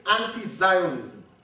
anti-Zionism